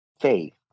faith